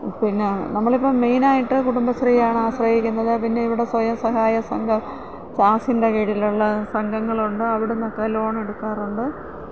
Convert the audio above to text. പിന്നെ നമ്മളിപ്പോള് മെയിനായിട്ട് കുടുംബശ്രീയാണ് ആശ്രയിക്കുന്നത് പിന്നെ ഇവിടെ സ്വയം സഹായ സംഘം ചാസിൻ്റെ കീഴിലുള്ള സംഘങ്ങളുണ്ട് അവിടുന്നൊക്കെ ലോണെടുക്കാറുണ്ട്